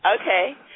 Okay